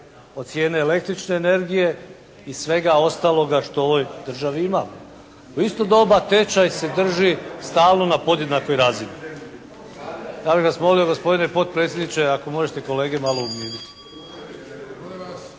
cijene električne energije i svega ostaloga što u ovoj državi ima. U isto doba tečaj se drži stalno na podjednakoj razini. Ja bih vas molio gospodine potpredsjedniče ako možete kolege malo umiriti.